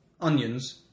onions